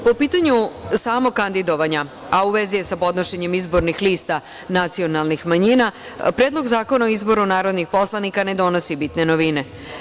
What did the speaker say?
Po pitanju samog kandidovanja, a u vezi je sa podnošenjem izbornih lista nacionalnih manjina, Predlog zakona o izboru narodnih poslanika ne donosi bitne novine.